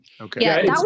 Okay